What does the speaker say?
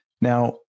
Now